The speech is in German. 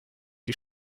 die